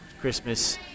Christmas